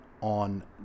on